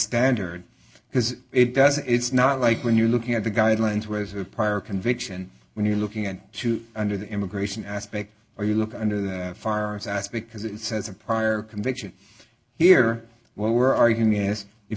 standard because it doesn't it's not like when you're looking at the guidelines whereas a prior conviction when you're looking at two under the immigration aspect or you look under that far as i ask because it says a prior conviction here what we're arguing is if